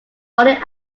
only